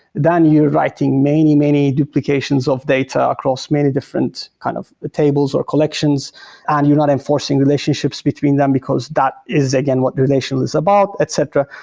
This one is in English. then you're writing many, many duplications of data across many different kind of tables or collections and you're not enforcing relationships between them, because that is again what relational is about, etc.